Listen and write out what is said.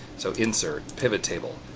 so insert pivottable,